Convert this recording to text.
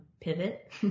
pivot